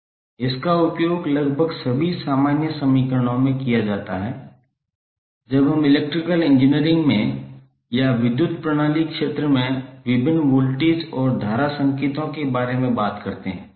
इसका उपयोग लगभग सभी सामान्य समीकरणों में किया जाता है जब हम इलेक्ट्रिकल इंजीनियरिंग में या विद्युत प्रणाली क्षेत्र में विभिन्न वोल्टेज और धारा संकेतों के बारे में बात करते हैं